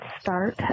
start